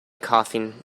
coughing